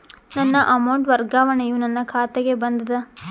ನನ್ನ ಅಮೌಂಟ್ ವರ್ಗಾವಣೆಯು ನನ್ನ ಖಾತೆಗೆ ಬಂದದ